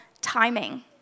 timing